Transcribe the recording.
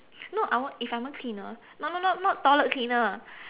no I won't if I'm a cleaner no no no not toilet cleaner